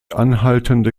anhaltende